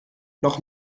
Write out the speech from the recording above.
noch